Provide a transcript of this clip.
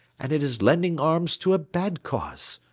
and it is lending arms to a bad cause.